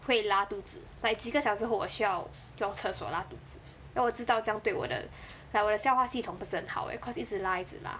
会拉肚子 like 几个小时后我需要用厕所拉肚子 then 我知道这样对我的 like 我的消化系统不是很好 eh cause 一直拉一直拉